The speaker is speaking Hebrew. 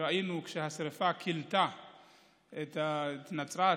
ראינו, כשהשרפה כילתה את נצרת,